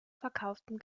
verkauftem